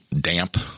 damp